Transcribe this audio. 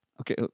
Okay